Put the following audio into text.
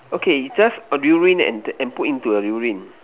okay you just urine and and put into your urine